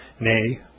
nay